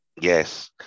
Yes